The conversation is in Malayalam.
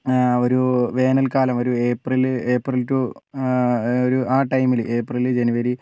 ഒരു വേനൽക്കാലം ഒരു ഏപ്രിൽ ഏപ്രിൽ ടു ഒരു ആ ടൈമിൽ ഏപ്രിൽ ജനുവരി